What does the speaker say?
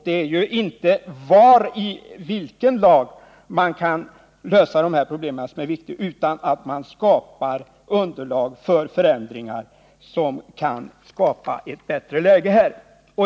Det är inte frågan om var i vilken lag man kan lösa de här problemen som är det viktiga, utan att man skapar underlag för förändringar som kan skapa ett bättre läge.